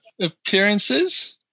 appearances